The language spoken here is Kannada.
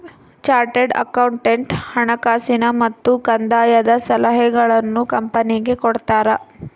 ಚಾರ್ಟೆಡ್ ಅಕೌಂಟೆಂಟ್ ಹಣಕಾಸಿನ ಮತ್ತು ಕಂದಾಯದ ಸಲಹೆಗಳನ್ನು ಕಂಪನಿಗೆ ಕೊಡ್ತಾರ